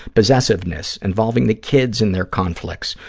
possessiveness, involving the kids in their conflicts,